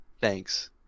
thanks